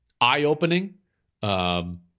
eye-opening